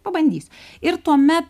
pabandysiu ir tuomet